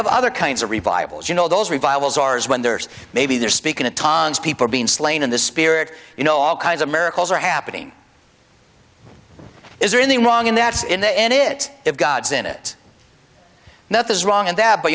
have other kinds of revivals you know those revivals ours when there's maybe they're speaking in tongues people are being slain in the spirit you know all kinds of miracles are happening is they're in the wrong and that's in the end it if god's in it nothing is wrong in that but